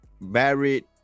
Barrett